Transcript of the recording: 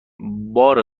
بار